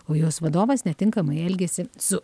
o jos vadovas netinkamai elgėsi su